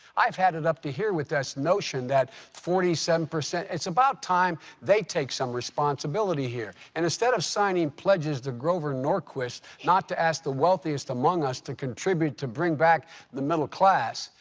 i've had it up to here with this notion that forty seven percent it's about time they take some responsibility here. and instead of signing pledges to grover norquist not to ask the wealthiest among us to contribute to bring back the middle class,